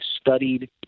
studied